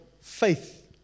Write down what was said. faith